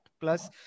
plus